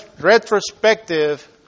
retrospective